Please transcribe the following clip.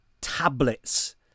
tablets